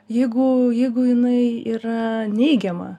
jeigu jeigu jinai yra neigiama